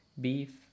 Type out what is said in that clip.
beef